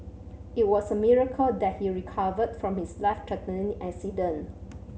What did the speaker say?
it was a miracle that he recovered from his life threatening accident